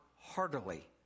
heartily